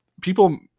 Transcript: People